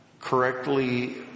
correctly